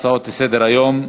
הצעות לסדר-היום,